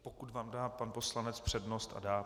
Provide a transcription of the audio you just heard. Pokud vám dá pan poslanec přednost a dá.